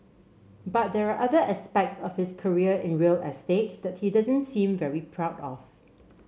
but there are other aspects of his career in real estate that he doesn't seem very proud of